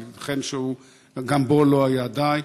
אבל ייתכן שגם בו לא היה די.